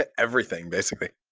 but everything, basically.